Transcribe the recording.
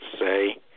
say